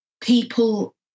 people